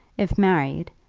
if married,